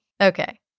okay